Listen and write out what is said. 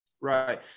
Right